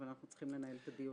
אבל אנחנו צריכים לנהל את הדיון.